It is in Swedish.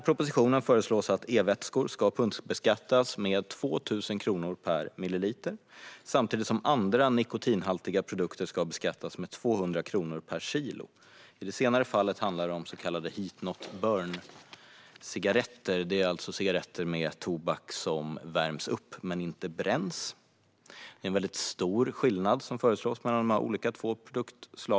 I propositionen föreslås att e-vätskor ska punktbeskattas med 2 000 kronor per liter samtidigt som andra nikotinhaltiga produkter ska beskattas med 200 kronor per kilo. I det senare fallet handlar det om så kallade heat not burn-cigaretter, alltså cigaretter med tobak som värms upp men inte bränns. Det är en väldigt stor skillnad som föreslås mellan dessa två produktslag.